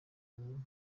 ubu